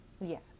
Yes